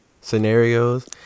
scenarios